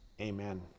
Amen